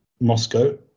Moscow